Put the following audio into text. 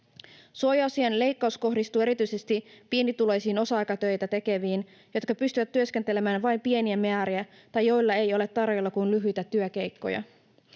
Suojaosien leikkaus kohdistuu erityisesti pienituloisiin osa-aikatöitä tekeviin, jotka pystyvät työskentelemään vain pieniä määriä tai joilla ei ole tarjolla kuin lyhyitä työkeikkoja.